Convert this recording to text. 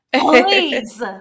please